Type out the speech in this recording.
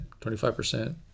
25%